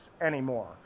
anymore